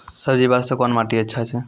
सब्जी बास्ते कोन माटी अचछा छै?